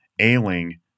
ailing